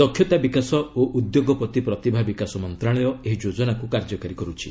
ଦକ୍ଷତା ବିକାଶ ଓ ଉଦ୍ୟୋଗପତି ପ୍ରତିଭା ବିକାଶ ମନ୍ତ୍ରଣାଳୟ ଏହି ଯୋଜନାକୁ କାର୍ଯ୍ୟକାରୀ କରୁଛି